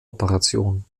operation